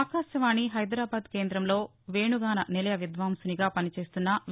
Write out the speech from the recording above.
ఆకాశవాణి హైదరాబాద్ కేందంలో వేణుగాన నిలయ విద్వాంసులుగా పనిచేస్తున్న వి